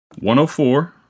104